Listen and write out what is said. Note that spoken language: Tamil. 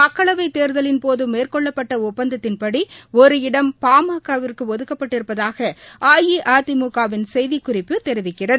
மக்களவைத் தேர்தலின்போதமேற்ரெகள்ளப்பட்டஒப்பந்தத்தின்படிஒரு இடம் பாமக விற்குஒதுக்கப்பட்டிருப்பதாகஅஇஅதிமுக வின் செய்திக்குறிப்பு தெரிவிக்கிறது